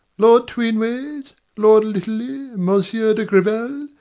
lord tweenwayes, lord litterly, monsieur de grival,